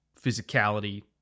physicality